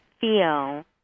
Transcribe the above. feel